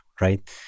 right